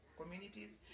communities